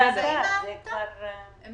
אם